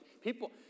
people